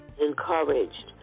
encouraged